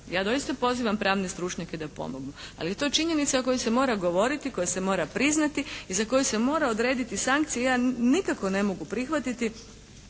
Ja doista pozivam pravne stručnjake da pomognu ali je to činjenica o kojoj se mora govoriti, koju se mora priznati i za koju se mora odrediti sankcije. Ja nikako ne mogu prihvatiti